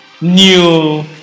new